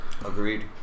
Agreed